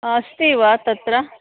अस्ति वा तत्र